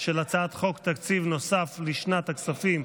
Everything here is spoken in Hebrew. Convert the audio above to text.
של הצעת חוק תקציב נוסף לשנת הכספים,